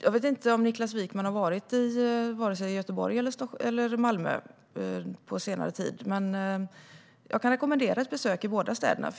Jag vet inte om Niklas Wykman har varit i vare sig Göteborg eller Malmö på senare tid, men jag kan rekommendera ett besök i båda städerna.